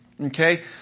Okay